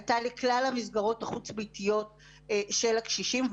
הייתה לכלל המסגרות החוץ-ביתיות של הקשישים,